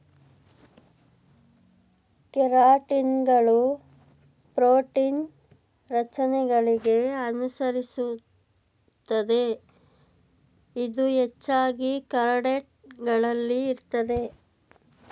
ಕೆರಾಟಿನ್ಗಳು ಪ್ರೋಟೀನ್ ರಚನೆಗಳಿಗೆ ಅನುಸರಿಸುತ್ತದೆ ಇದು ಹೆಚ್ಚಾಗಿ ಕಾರ್ಡೇಟ್ ಗಳಲ್ಲಿ ಇರ್ತದೆ